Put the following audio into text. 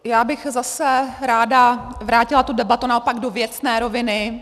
Já bych zase ráda vrátila tu debatu naopak do věcné roviny.